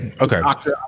okay